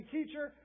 Teacher